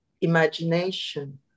imagination